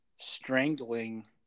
strangling